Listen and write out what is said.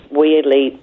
weirdly